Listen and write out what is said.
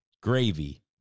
Gravy